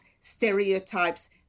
stereotypes